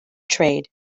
trade